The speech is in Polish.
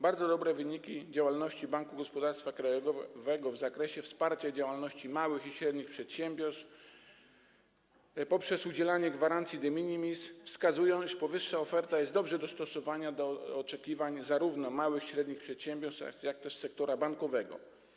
Bardzo dobre wyniki działalności Banku Gospodarstwa Krajowego w zakresie wsparcia działalności małych i średnich przedsiębiorstw poprzez udzielanie gwarancji de minimis wskazują, iż powyższa oferta jest dobrze dostosowana do oczekiwań zarówno małych i średnich przedsiębiorstw, jak i sektora bankowego.